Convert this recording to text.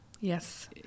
yes